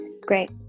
Great